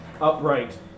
upright